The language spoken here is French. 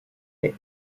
est